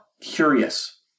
curious